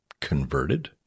Converted